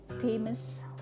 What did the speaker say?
famous